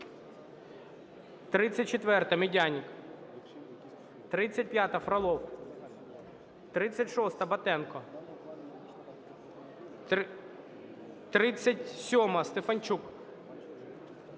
34-а, Медяник. 35-а, Фролов. 36-а, Батенко. 37-а, Стефанчук.